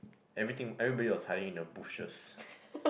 everything everybody was hiding in the bushes